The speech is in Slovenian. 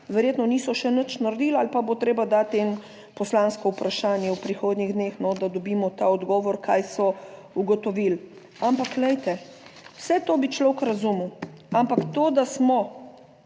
verjetno niso še nič naredili ali pa bo treba dati eno poslansko vprašanje v prihodnjih dneh, da dobimo ta odgovor kaj so ugotovili. Ampak glejte, vse to bi človek razumel, ampak to, da smo